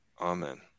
Amen